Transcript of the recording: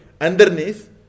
Underneath